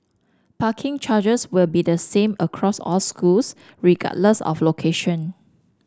parking charges will be the same across all schools regardless of location